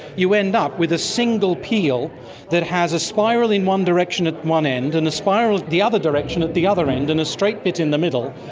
you end up with a single peel that has a spiral in one direction at one end, and a spiral the other direction at the other end, and a straight bit in the middle,